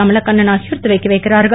கமலக்கண்ணன் ஆகியோர் துவக்கி வைக்கிறார்கள்